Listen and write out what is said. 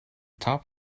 top